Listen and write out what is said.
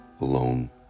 alone